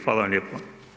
Hvala vam lijepo.